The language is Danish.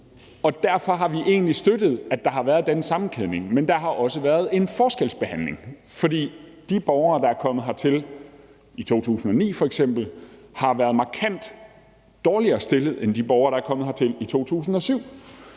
og derfor har vi egentlig støttet, at der har været den sammenkædning. Men der har også været en forskelsbehandling. For de borgere, der er kommet hertil i f.eks. 2009, har været markant dårligere stillet end de borgere, der er kommet hertil i 2007,